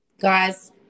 Guys